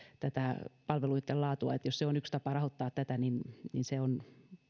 tätä palveluitten laatua jos se on yksi tapa rahoittaa tätä niin niin se on